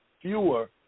fewer